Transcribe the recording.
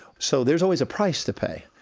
so there's always a price to pay.